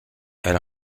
elle